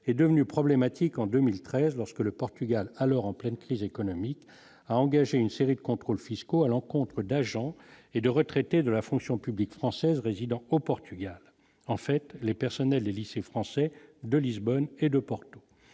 est devenu problématique en 2013 lorsque le Portugal, alors en pleine crise économique a engagé une série de contrôles fiscaux à l'encontre d'agent. Et de retraités de la fonction publique française résidant au Portugal, en fait, les personnels des lycées français de Lisbonne et de Porto,